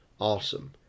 awesome